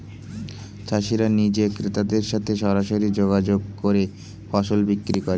চাষিরা নিজে ক্রেতাদের সাথে সরাসরি যোগাযোগ করে ফসল বিক্রি করে